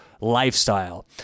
lifestyle